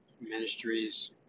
Ministries